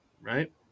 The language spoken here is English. right